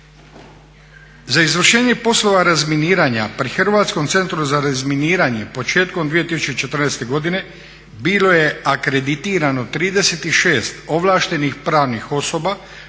Za izvršenje poslova razminiranja pri Hrvatskom centru za razminiranje početkom 2014. godine bilo je akreditirano 36 ovlaštenih pravnih osoba